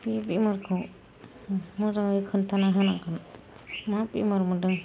बे बेमारखौ मोजाङै खिन्थाना होनांगोन मा बेमार मोनदों